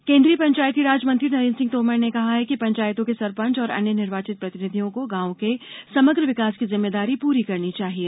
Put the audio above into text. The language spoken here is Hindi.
तोमर केन्द्रीय पंचायतीराज मंत्री नरेन्द्र सिंह तोमर ने कहा है कि पंचायतों के सरपंच और अन्य निर्वाचित प्रतिनिधियों को गांवों के समग्र विकास की जिम्मेदारी पूरी करनी चाहिए